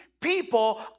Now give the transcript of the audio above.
people